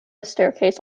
staircase